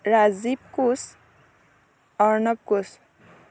Rajiv Koch Arnab Koch